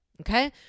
Okay